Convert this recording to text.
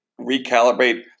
recalibrate